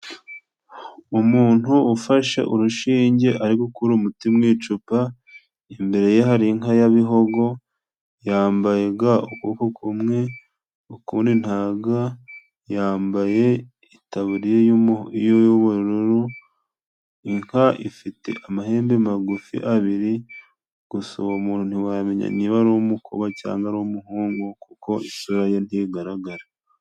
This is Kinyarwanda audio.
Umuntu ufashe urushinge ari gukura umuti mu icupa imbere ye hari inka ya bihogo, yambaye ga ukuboko kumwe ukundi nta ga. Yambaye itaburiya y'ubururu inka ifite amahembe magufi abiri, gusa uwo muntu ntiwamenya niba ari umukoba cangwa ari umuhungu kuko isura ye ntigaragara.